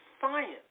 science